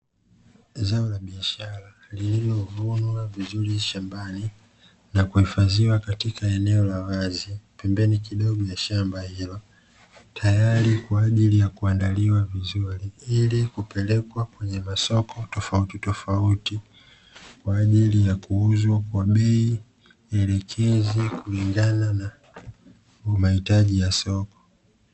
Zao la biashara lililovunwa vizuri shambani, na kuhifadhiwa katika eneo la wazi pembeni kidogo ya shamba ilo, tayari kwa ajili ya kuandaliwa vizuri, ili kupelekwa kwenye masoko tofautitofauti kwa ajili ya kuuzwa kwa bei elekezi kulingana na mahitaji ya soko.